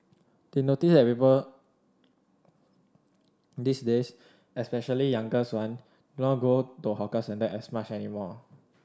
they notice that people these days especially younger one not go to hawker centres as much anymore